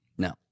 No